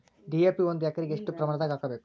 DAP ಒಂದು ಎಕರಿಗ ಎಷ್ಟ ಪ್ರಮಾಣದಾಗ ಹಾಕಬೇಕು?